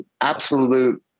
Absolute